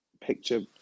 picture